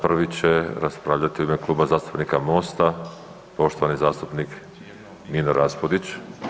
Prvi će raspravljati u ime kluba zastupnika MOST-a poštovani zastupnik Nino Raspudić.